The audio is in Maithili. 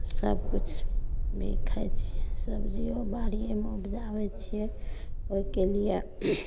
सब किछु भी खाइत छियै सबजिओ आर बाड़िएमे उपजाबैत छियै ओहिके लिए